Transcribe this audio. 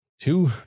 two